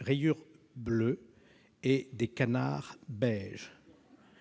rayures bleues et des canards ... beiges.